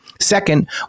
Second